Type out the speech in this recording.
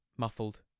muffled